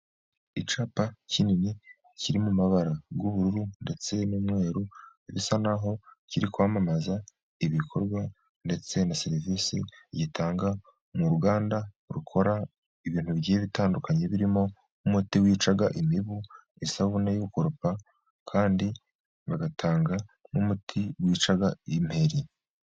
Icyapa kinini kiri mu mabara y'ubururu ndetse n'umweru, bisa naho kiri kwamamaza ibikorwa ndetse na serivisi gitanga. Ni uruganda rukora ibintu bigiye bitandukanye birimo: nk'umuti wica imibu, isabune y'ogukoropa, kandi bagatanga n'umuti wica imperi.